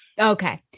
Okay